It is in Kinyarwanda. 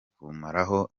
kumaraho